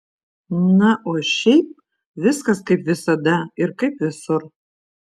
na o šiaip viskas kaip visada ir kaip visur